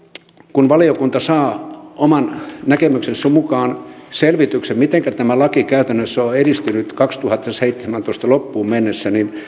kun valiokunta saa oman näkemyksensä mukaan selvityksen mitenkä tämä laki käytännössä on edistynyt vuoden kaksituhattaseitsemäntoista loppuun mennessä niin